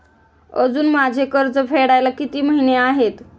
अजुन माझे कर्ज फेडायला किती महिने आहेत?